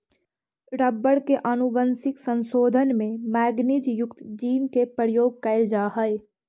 rubber के आनुवंशिक संशोधन में मैगनीज युक्त जीन के प्रयोग कैइल जा हई